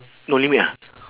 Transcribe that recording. no limit ah